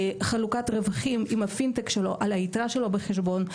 חלוקת רווחים עם הפינטק שלו על היתרה שלו בחשבון,